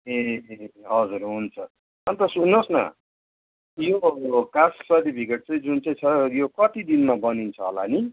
ए हजुर हुन्छ अनि त सुन्नुहोस् न यो तपाईँको कास्ट सर्टिफिकेट चाहिँ जुन चाहिँ छ यो कति दिनमा बनिन्छ होला नि